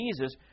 Jesus